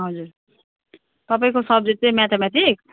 हजुर तपाईँको सब्जेक्ट चाहिँ म्याथमेटिक्स